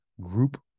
group